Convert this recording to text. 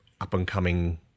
up-and-coming